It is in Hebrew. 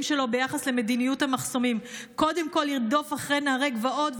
שלו ביחס למדיניות המחסומים: קודם כול לרדוף אחרי נערי גבעות,